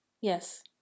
yes